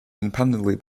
independently